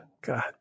God